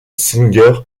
singer